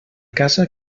casa